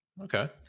okay